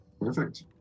Perfect